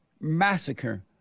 Massacre